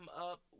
up